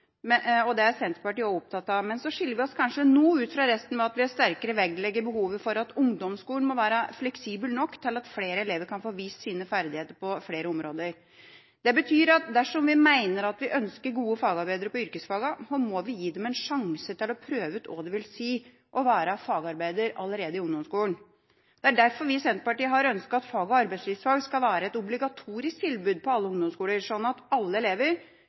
og det er Senterpartiet også opptatt av, men så skiller vi oss kanskje noe ut fra resten ved at vi sterkere vektlegger behovet for at ungdomsskolen må være fleksibel nok til at flere elever kan få vist sine ferdigheter på flere områder. Det betyr at dersom vi ønsker gode fagarbeidere på yrkesfagene, må vi gi dem en sjanse til å prøve ut hva det vil si å være fagarbeider, allerede i ungdomsskolen. Det er derfor vi i Senterpartiet har ønsket at arbeidslivsfag skal være et obligatorisk tilbud på alle ungdomsskoler, slik at alle elever